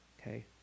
okay